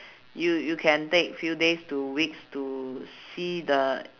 you you can take few days to weeks to see the